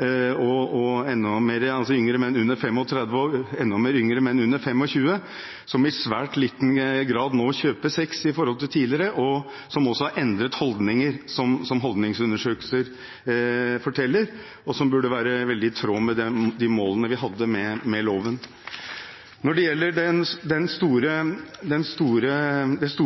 og enda flere yngre menn, under 25 – som i svært liten grad nå kjøper sex i forhold til tidligere, og som også har endret holdninger, som holdningsundersøkelser forteller, noe som burde være veldig i tråd med de målene vi hadde med loven. Når det gjelder det